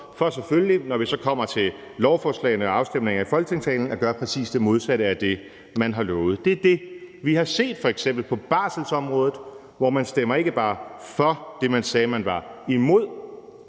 for selvfølgelig, når vi så kommer til lovforslagene og afstemningerne i Folketingssalen, at gøre præcis det modsatte af det, man har lovet. Det er det, vi har set f.eks. på barselsområdet, hvor man stemmer ikke bare for det, man sagde man var imod;